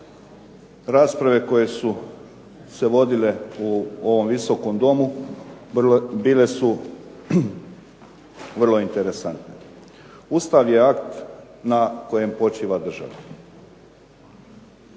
rasprave koje su se vodile u ovom Visokom domu bile su vrlo interesantne. Ustav je akt na kojem počiva država.